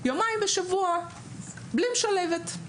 יומיים בשבוע בלי משלבת.